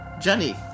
Jenny